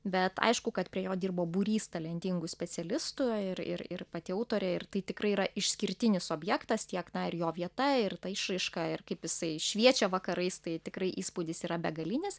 bet aišku kad prie jo dirbo būrys talentingų specialistų ir ir ir pati autorė ir tai tikrai yra išskirtinis objektas tiek na ir jo vieta ir išraiška ir kaip jisai šviečia vakarais tai tikrai įspūdis yra begalinis